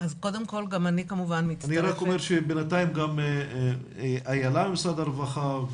לאחר מכן נשמע את איילה ממשרד הרווחה,